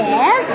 Yes